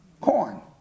Corn